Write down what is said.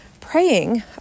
praying